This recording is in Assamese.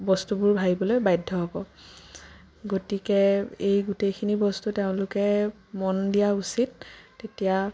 বস্তুবোৰ ভাবিবলৈ বাধ্য হ'ব গতিকে এই গোটেইখিনি বস্তু তেওঁলোকে মন দিয়া উচিত তেতিয়া